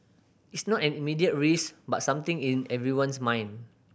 it's not an immediate risk but something in everyone's mind